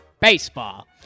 baseball